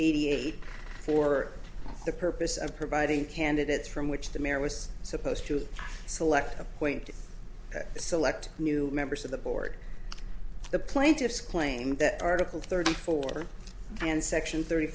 eighty eight for the purpose of providing candidates from which the mayor was supposed to select a point to select new members of the board the plaintiffs claimed that article thirty four and section thirty